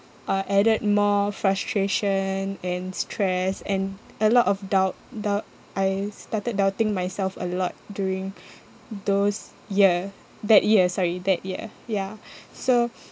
uh added more frustration and stress and a lot of doubt doubt I started doubting myself a lot during those year that year sorry that year ya so